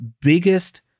biggest